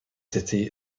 city